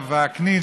הרב וקנין,